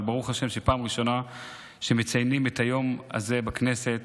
אבל ברוך השם שפעם ראשונה מציינים את היום הזה בכנסת,